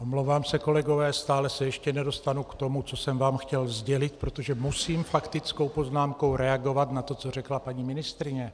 Omlouvám se, kolegové, stále se ještě nedostanu k tomu, co jsem vám chtěl sdělit, protože musím faktickou poznámkou reagovat na to, co řekla paní ministryně.